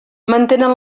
mantenen